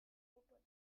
opened